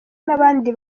n’abandi